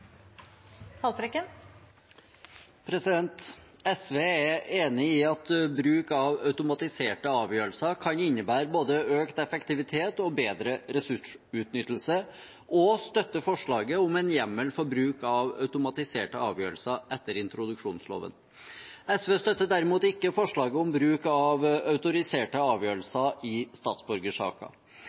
enig i at bruk av automatiserte avgjørelser kan innebære både økt effektivitet og bedre ressursutnyttelse, og støtter forslaget om en hjemmel for bruk av automatiserte avgjørelser etter introduksjonsloven. SV støtter derimot ikke forslaget om bruk av automatiserte avgjørelser i statsborgersaker.